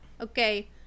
Okay